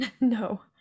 no